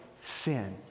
sin